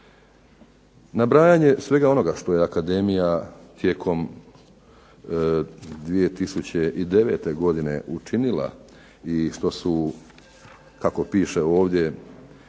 Nabrajanje svega onoga što je akademija tijekom 2009. godine učinila i što su kako piše ovdje